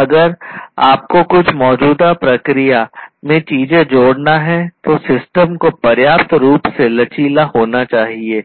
अगर आपको कुछ मौजूदा प्रक्रिया में चीजें जोड़ना है तो सिस्टम को पर्याप्त रूप से लचीला होना चाहिए